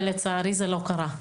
ולצערי זה לא קרה.